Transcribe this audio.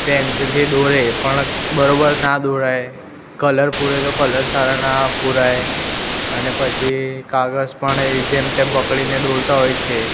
પેન્સિલથી દોરે પણ બરાબર ના દોરાય કલર પૂરે તો કલર સારા ના પૂરાય અને પછી કાગળ પણ જેમ તેમ પકડીને દોરતા હોય છે